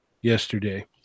yesterday